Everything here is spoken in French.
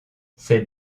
ses